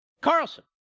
Carlson